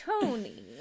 Tony